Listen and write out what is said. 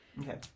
Okay